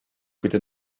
gyda